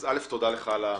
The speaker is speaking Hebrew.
תודה על המעורבות,